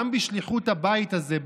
גם בשליחות הבית הזה,